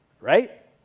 Right